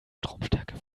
stromstärke